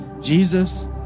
Jesus